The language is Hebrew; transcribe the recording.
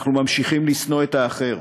אנחנו ממשיכים לשנוא את האחר.